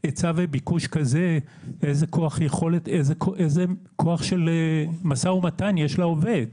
שההיצע וביקוש כזה איזה כוח של משא ומתן יש לעובד.